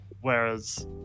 whereas